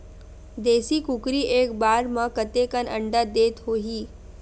देशी कुकरी एक बार म कतेकन अंडा देत होही?